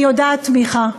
אני יודעת, מיכה,